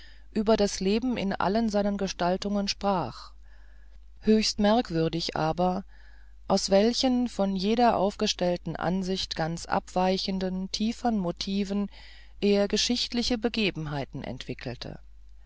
über das leben in allen seinen gestaltungen sprach höchst merkwürdig aber aus welchen von jeder aufgestellten ansicht ganz abweichenden tiefern motiven er geschichtliche begebenheiten entwickelte